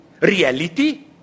reality